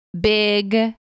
big